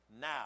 now